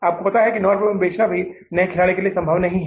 आपको पता है कि 9 रुपये में बेचना भी नए खिलाड़ी के लिए संभव नहीं है